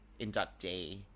inductee